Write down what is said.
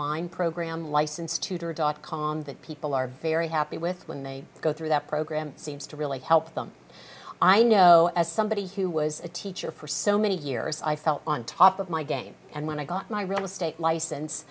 line program licensed tutor dot com that people are very happy with when they go through that program seems to really help them i know as somebody who was a teacher for so many years i felt on top of my game and when i got my real estate licen